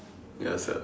ya sia